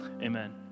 amen